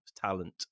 talent